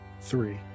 Three